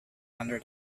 under